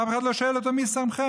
ואף אחד לא שואל אותו: מי שמכם.